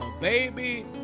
baby